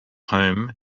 home